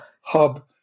Hub